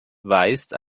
weist